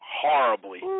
horribly